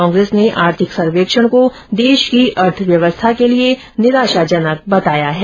कांग्रेस ने आर्थिक सर्वेक्षण को देश की अर्थव्यवस्था के लिये निराशाजनक बताया है